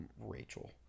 Rachel